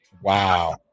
Wow